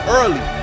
early